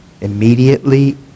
immediately